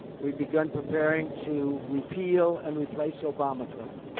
we've begun preparing to repeal and replace obamacare.